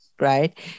right